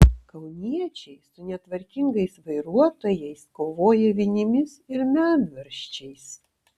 kauniečiai su netvarkingais vairuotojais kovoja vinimis ir medvaržčiais